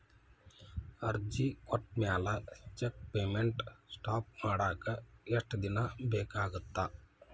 ಅರ್ಜಿ ಕೊಟ್ಮ್ಯಾಲೆ cheque payment stop ಮಾಡಾಕ ಎಷ್ಟ ದಿನಾ ಬೇಕಾಗತ್ತಾ